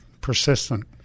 persistent